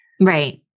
Right